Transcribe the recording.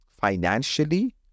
financially